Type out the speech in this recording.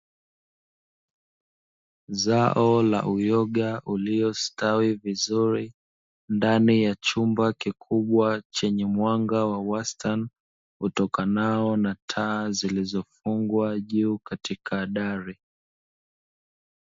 Zao la uyoga uliostawi vizuri ndani ya chumba kikubwa chenye mwanga wa wastani, utokanao na taa zilizofungwa juu katika dari.